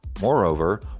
Moreover